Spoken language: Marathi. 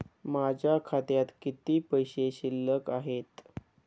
माझ्या खात्यात किती पैसे शिल्लक आहेत?